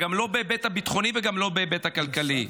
גם לא בהיבט הביטחוני וגם לא בהיבט הכלכלי.